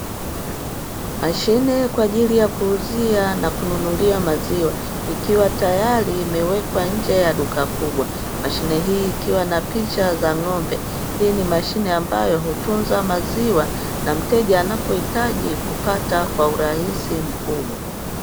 Mashine kwa ajili ya kuuzia na kununulia maziwa ikiwa tayari imewekwa nje ya duka kubwa. Mashine hii ikiwa na picha za ng'ombe; hii ni mashine ambayo hutunza maziwa na mteja anapohitaji kupata kwa urahisi mkubwa.